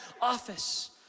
office